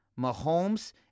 Mahomes